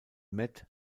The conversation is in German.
matt